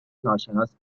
ناشناس